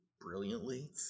brilliantly